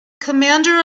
commander